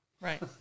Right